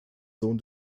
sohn